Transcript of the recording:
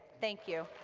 thank you.